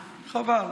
חבל.